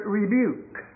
rebuke